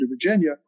Virginia